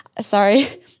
sorry